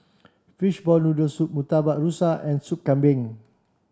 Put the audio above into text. fishball noodle soup Murtabak Rusa and Soup Kambing